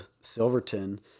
Silverton